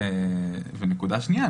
נקודה שנייה,